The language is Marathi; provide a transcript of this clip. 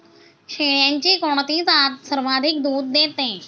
शेळ्यांची कोणती जात सर्वाधिक दूध देते?